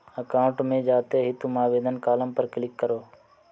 account में जाते ही तुम आवेदन कॉलम पर क्लिक करो